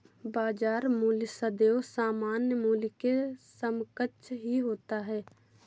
बाजार मूल्य सदैव सामान्य मूल्य के समकक्ष ही होता है